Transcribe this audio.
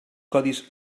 codis